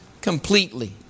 completely